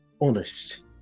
honest